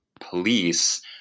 police